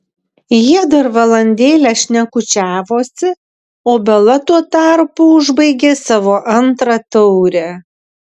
jie dar valandėlę šnekučiavosi o bela tuo tarpu užbaigė savo antrą taurę